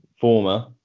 former